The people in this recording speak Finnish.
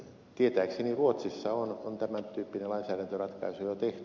tietääkseni ruotsissa on tämän tyyppinen lainsäädäntöratkaisu jo tehty